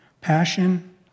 passion